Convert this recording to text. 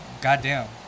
Goddamn